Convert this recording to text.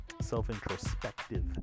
self-introspective